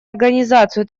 организацию